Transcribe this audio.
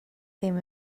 ddim